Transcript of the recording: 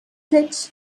fets